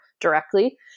directly